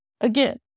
Again